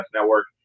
Network